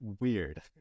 weird